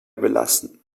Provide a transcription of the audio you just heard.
belassen